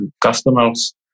customers